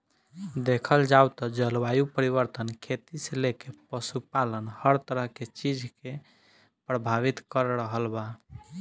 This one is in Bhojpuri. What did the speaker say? देखल जाव त जलवायु परिवर्तन खेती से लेके पशुपालन हर तरह के चीज के प्रभावित कर रहल बा